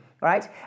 Right